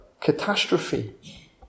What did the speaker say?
catastrophe